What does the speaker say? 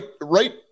right